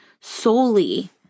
solely